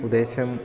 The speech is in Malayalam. ഉദ്ദേശം